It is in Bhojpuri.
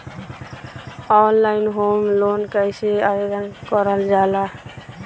ऑनलाइन होम लोन कैसे आवेदन करल जा ला?